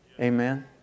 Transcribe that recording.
Amen